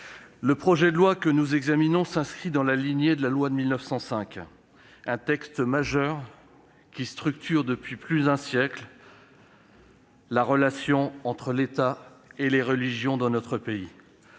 le projet de loi que nous examinons s'inscrit dans la lignée de la loi de 1905, texte majeur qui structure depuis plus d'un siècle les relations entre l'État et les religions dans notre pays.